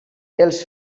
els